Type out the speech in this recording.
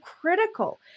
critical